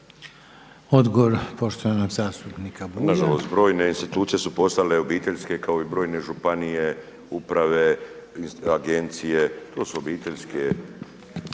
Odgovor poštovanog zastupnika Bulja.